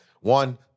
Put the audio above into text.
One